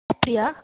அப்படியா